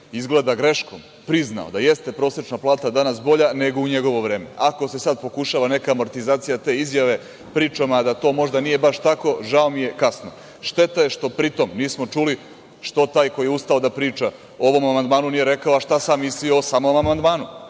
izgleda greškom priznao da jeste prosečna plata danas bolja, nego u njegovo vreme. Ako se sad pokušava neka amortizacija te izjave pričama da to možda nije baš tako, žao mi je, kasno. Šteta je što pritom nismo čuli što taj koji je ustao da priča o ovom amandmanu nije rekao – a, šta sam mislio o samom amandmanu,